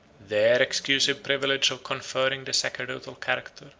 their exclusive privilege of conferring the sacerdotal character,